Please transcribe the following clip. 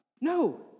No